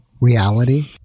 reality